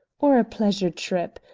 or a pleasure trip?